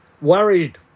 worried